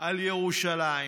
על ירושלים.